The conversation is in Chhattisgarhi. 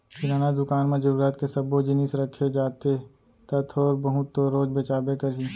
किराना दुकान म जरूरत के सब्बो जिनिस रखे जाथे त थोर बहुत तो रोज बेचाबे करही